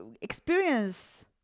experience